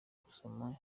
gusoma